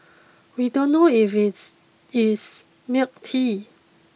we don't know if it's is milk tea